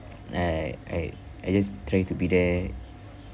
I I I I just try to be there